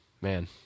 Man